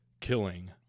killing